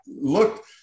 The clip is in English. look